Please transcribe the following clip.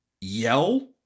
yell